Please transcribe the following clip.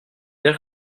dire